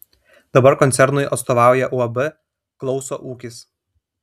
dabar koncernui atstovauja uab klauso ūkis